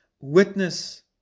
witness